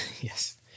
Yes